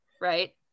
right